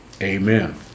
amen